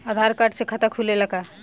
आधार card से खाता खुले ला का?